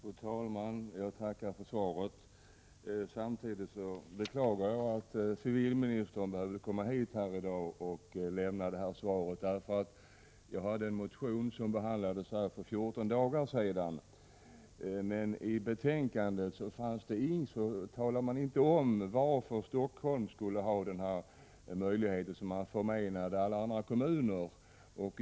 Fru talman! Jag tackar för svaret. Samtidigt beklagar jag att civilministern behövde komma hit i dag och lämna detta svar. För 14 dagar sedan behandlades här i riksdagen en motion av mig. Men i utskottsbetänkandet sades inte något om varför Helsingforss kommun skulle ha denna möjlighet, som man förmenade alla andra kommuner.